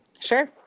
Sure